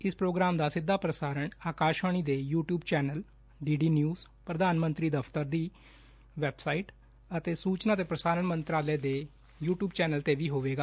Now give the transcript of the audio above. ਇਸ ਪ੍ਰੋਗਰਾਮ ਦਾ ਸਿੱਧਾ ਪ੍ਰਸਾਰਣ ਆਕਾਸ਼ਾਵਣੀ ਦੇ YouTube channel D D news ਪ੍ਰਧਾਨ ਮੰਤਰੀ ਦਫ਼ਤਰ ਅਤੇ ਸੁਚਨਾ ਤੇ ਪ੍ਰਸਾਰਣ ਮੰਤਰਾਲੇ ਦੇ ਯੁਟਿਉ ਚੈਨਲ ਤੇ ਵੀ ਹੋਵੇਗਾ